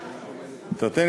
טוב,